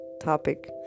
topic